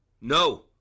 No